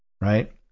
right